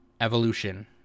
Evolution